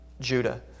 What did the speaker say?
Judah